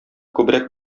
күбрәк